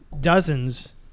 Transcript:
dozens